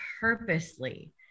purposely